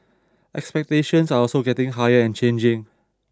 expectations are also getting higher and changing